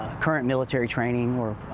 current military training or